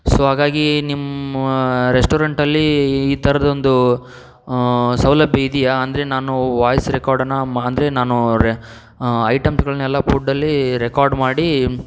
so ಹಾಗಾಗಿ ನಿಮ್ಮ ರೆಸ್ಟೋರೆಂಟಲ್ಲಿ ಈ ಥರದ್ದೊಂದು ಸೌಲಭ್ಯ ಇದೆಯಾ ಅಂದರೆ ನಾನು ವಾಯ್ಸ್ ರೆಕಾರ್ಡನ್ನು ಅಂದರೆ ನಾನು ಐಟಮ್ಸ್ಗಳನ್ನೆಲ್ಲ ಪುಡ್ಡಲ್ಲಿ ರೆಕಾರ್ಡ್ ಮಾಡಿ